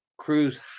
Cruise